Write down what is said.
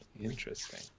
Interesting